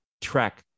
track